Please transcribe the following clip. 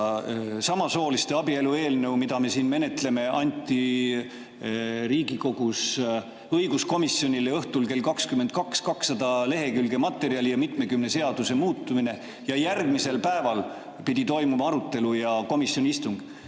Samasooliste abielu eelnõu, mida me siin menetleme, anti Riigikogu õiguskomisjonile üle õhtul kell 22 – see on 200 lehekülge materjali ja mitmekümne seaduse muutmine – ning järgmisel päeval pidi toimuma arutelu ja komisjoni istung.